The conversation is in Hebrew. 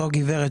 אותה גברת,